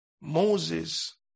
Moses